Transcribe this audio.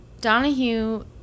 Donahue